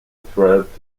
threat